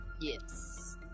Yes